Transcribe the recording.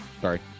sorry